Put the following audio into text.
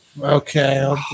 Okay